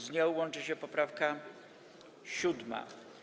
Z nią łączy się poprawka 7.